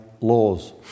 laws